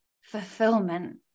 fulfillment